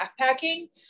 backpacking